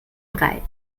brei